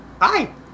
Hi